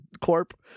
corp